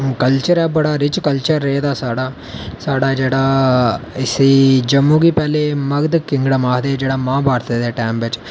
culture ऐ बड़ा rich culture रेह्दा साढ़ा साढ़ा जेह्ड़ा जम्मू गी पैह्लें मगध किंगडम हे जेह्ड़ा महाभारत दे टैम बिच